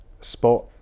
spot